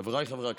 חבריי חברי הכנסת,